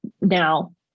now